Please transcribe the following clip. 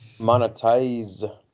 monetize